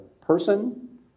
person